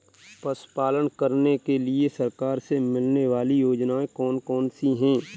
पशु पालन करने के लिए सरकार से मिलने वाली योजनाएँ कौन कौन सी हैं?